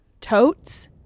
totes